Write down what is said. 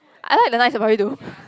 I like the Night-Safari though